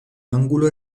ángulo